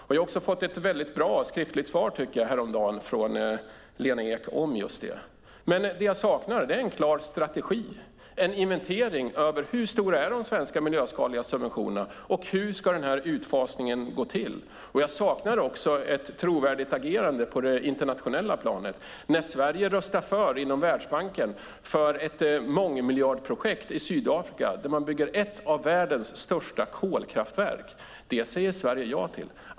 Jag fick också ett väldigt bra skriftligt svar häromdagen från Lena Ek om just det. Men det jag saknar är en klar strategi, en inventering av hur stora de svenska miljöskadliga subventionerna är och hur utfasningen ska gå till. Jag saknar också ett trovärdigt agerande på det internationella planet. I Världsbanken röstade Sverige för ett mångmiljardprojekt i Sydafrika, där man bygger ett av världens största kolkraftverk. Detta säger Sverige ja till.